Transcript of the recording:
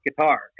guitar